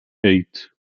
eight